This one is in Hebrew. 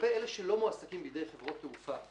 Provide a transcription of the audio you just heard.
לגבי אלה שלא מועסקים בידי חברות תעופה,